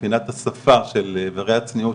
מבחינת השפה של איברי הצניעות,